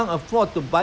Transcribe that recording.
ah I mean